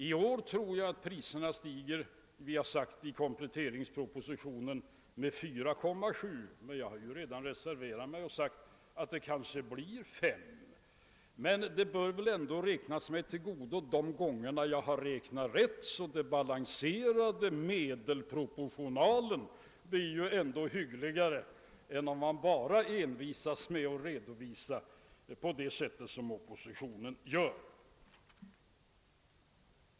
I år tror jag att priserna stiger — jag har sagt det i kompletteringspropositionen — med 4,7 procent, men jag har redan reserverat mig för att det kanske blir 5 procent. Men man bör väl ändå räkna mig till godo de gånger jag har räknat åt andra hållet. Den balanserade medelproportionalen blir ju hyggligare då än om man envisas med att redovisa bara på det sätt som oppositionen gör.